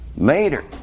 Later